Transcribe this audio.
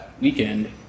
weekend